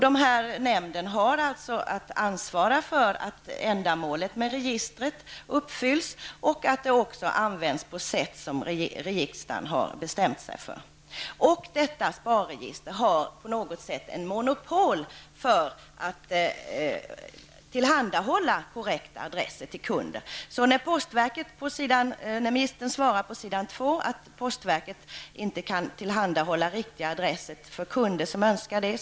Denna nämnd har alltså att ansvara för att ändamålet med registret uppfylls och att det också används på ett sätt som riksdagen har bestämt. Detta SPAR-register har på något sätt ett monopol på att tillhandahålla korrekta adresser till kunder. Ministern säger att postverket inte kan tillhandahålla riktiga adresser för kunder som önskar det.